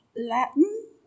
Latin